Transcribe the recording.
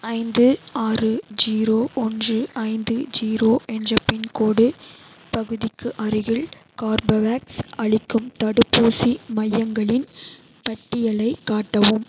ஐந்து ஆறு ஜீரோ ஒன்று ஐந்து ஜீரோ என்ற பின்கோடு பகுதிக்கு அருகில் கார்பவேக்ஸ் அளிக்கும் தடுப்பூசி மையங்களின் பட்டியலைக் காட்டவும்